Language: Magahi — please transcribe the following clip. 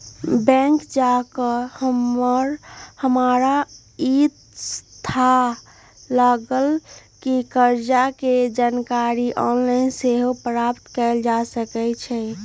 बैंक जा कऽ हमरा इ थाह लागल कि कर्जा के जानकारी ऑनलाइन सेहो प्राप्त कएल जा सकै छै